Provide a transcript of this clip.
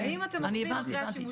האם אתם עוקבים אחרי השימושים?